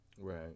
right